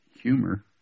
humor